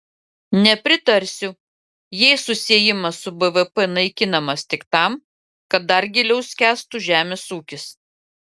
nepritarsiu jei susiejimas su bvp naikinamas tik tam kad dar giliau skęstų žemės ūkis